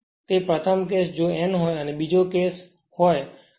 તે પ્રથમ કેસ જો n હોય અને જો બીજો કેસ હોય તો 0